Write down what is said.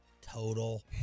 total